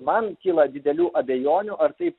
man kyla didelių abejonių ar taip